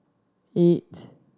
eight